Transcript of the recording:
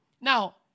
now